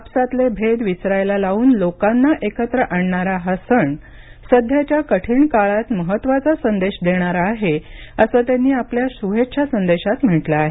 आपसातले भेद विसरायला लावून लोकांना एकत्र आणणारा हा सण सध्याच्या कठीण काळात महत्त्वाचा संदेश देणारा आहे असं त्यांनी आपल्या शुभेच्छा संदेशात म्हटलं आहे